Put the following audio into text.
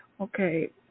Okay